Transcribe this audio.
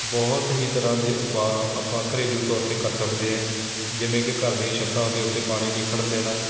ਬਹੁਤ ਹੀ ਤਰ੍ਹਾਂ ਦੇ ਉਪਾਅ ਆਪਾਂ ਘਰੇਲੂ ਤੌਰ 'ਤੇ ਕਰ ਸਕਦੇ ਹਾਂ ਜਿਵੇਂ ਕਿ ਘਰ ਦੀਆਂ ਛੱਤਾਂ ਦੇ ਉੱਤੇ ਪਾਣੀ ਨਹੀਂ ਖੜ੍ਹਨ ਦੇਣਾ